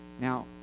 Now